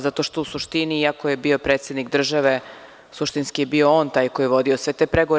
Zato što, u suštini, iako je bio predsednik države, suštinski je bio on taj koji je vodio sve te pregovore.